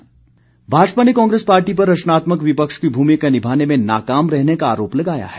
रणधीर शर्मा भाजपा ने कांग्रेस पार्टी पर रचनात्मक विपक्ष की भूमिका निभाने में नाकाम रहने का आरोप लगाया है